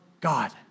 God